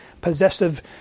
possessive